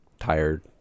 tired